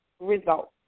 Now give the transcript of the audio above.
results